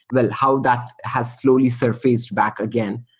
well, how that has slowly surfaced back again.